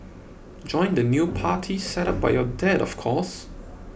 join the new party set up by your dad of course